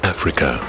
Africa